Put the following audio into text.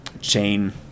chain